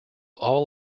all